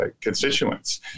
constituents